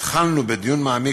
התחלנו בדיון מעמיק,